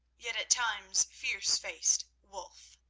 yet at times fierce-faced wulf.